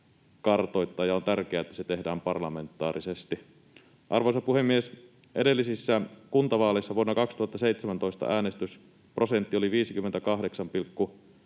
kartoittaa, ja on tärkeää, että se tehdään parlamentaarisesti. Arvoisa puhemies! Edellisissä kuntavaaleissa vuonna 2017 äänestysprosentti oli 58,9